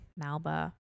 Malba